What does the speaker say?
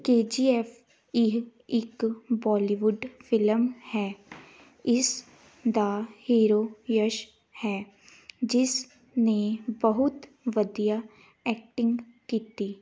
ਕੇ G F ਇਹ ਇੱਕ Bollywood film ਹੈ ਇਸ ਦਾ ਹੀਰੋ ਯਸ਼ ਹੈ ਜਿਸ ਨੇ ਬਹੁਤ ਵਧੀਆ ਐਕਟਿੰਗ ਕੀਤੀ